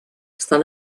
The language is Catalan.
estan